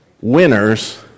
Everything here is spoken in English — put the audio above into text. Winners